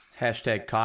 Hashtag